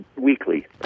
weekly